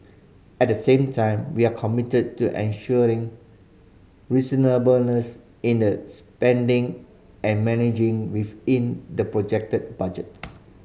at the same time we are committed to ensuring reasonableness in their spending and managing within the projected budget